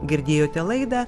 girdėjote laidą